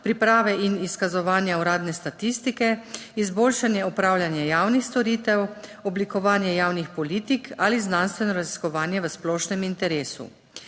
priprave in izkazovanja uradne statistike, izboljšanje opravljanja javnih storitev, oblikovanje javnih politik ali znanstveno raziskovanje v splošnem interesu.